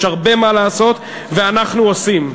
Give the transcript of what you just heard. יש הרבה מה לעשות, ואנחנו עושים.